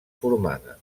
formada